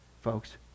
folks